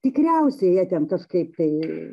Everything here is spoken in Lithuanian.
tikriausiai jie ten kažkaip tai